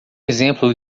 exemplo